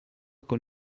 con